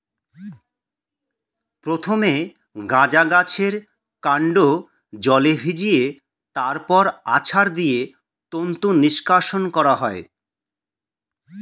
প্রথমে গাঁজা গাছের কান্ড জলে ভিজিয়ে তারপর আছাড় দিয়ে তন্তু নিষ্কাশণ করা হয়